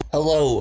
Hello